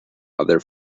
other